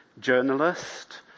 journalist